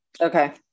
Okay